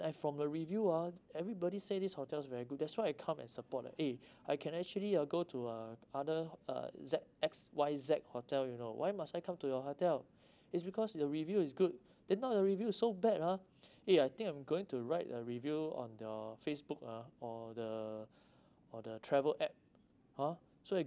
I from the review ah everybody say this hotel very good that's why I come and support ah eh I can actually uh go to uh other uh Z X Y Z hotel you know why must I come to your hotel it's because the review is good then now the review so bad ah eh I think I'm going to write a review on your facebook ah or the or the travel app ha so I